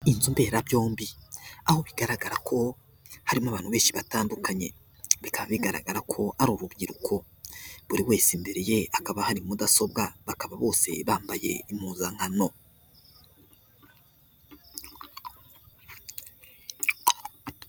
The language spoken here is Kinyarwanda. Inzu mberabyombi aho bigaragara ko hari n'abantu benshi batandukanye, bikaba bigaraga ko ari urubyiruko buri wese imbere ye hakaba hari mudasobwa, bakaba bose bambaye impugakano.